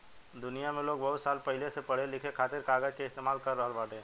दुनिया में लोग बहुत साल पहिले से पढ़े लिखे खातिर कागज के इस्तेमाल कर रहल बाड़े